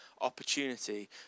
opportunity